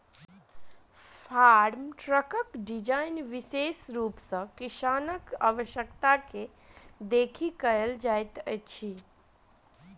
farm ट्रकक design विशेष रूप सॅ किसानक आवश्यकता के देखि कयल जाइत अछि